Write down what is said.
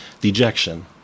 dejection